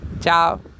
Ciao